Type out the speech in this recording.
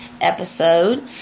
episode